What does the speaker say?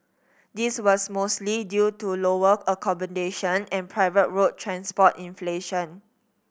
this was mostly due to lower accommodation and private road transport inflation